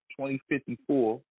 2054